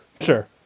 Sure